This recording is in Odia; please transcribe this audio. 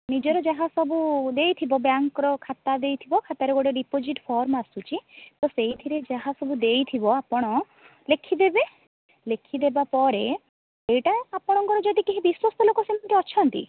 ନିଜର ଯାହା ସବୁ ଦେଇଥିବ ବ୍ୟାଙ୍କ୍ର ଖାତା ଦେଇଥିବ ଖାତାରେ ଗୋଟେ ଡିପୋଜିଟ୍ ଫର୍ମ୍ ଆସୁଛି ତ ସେଇଥିରେ ଯାହା ସବୁ ଦେଇଥିବ ଆପଣ ଲେଖିଦେବେ ଲେଖିଦେବା ପରେ ଏଇଟା ଆପଣଙ୍କର ଯଦି କେହି ବିଶ୍ଵସ୍ତ ଲୋକ ସେମିତି ଅଛନ୍ତି